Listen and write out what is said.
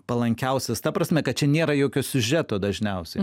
palankiausias ta prasme kad čia nėra jokio siužeto dažniausiai